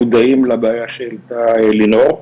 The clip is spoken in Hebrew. מודעות לבעיה שהעלתה לינור,